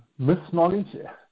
misknowledge